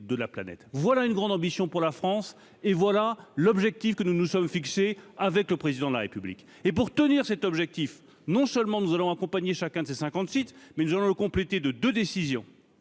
de la planète, voilà une grande ambition pour la France, et voilà l'objectif que nous nous sommes fixés avec le président de la République et pour tenir cet objectif, non seulement nous allons accompagner chacun de ces 58 mais nous allons compléter de de décision